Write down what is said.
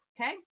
okay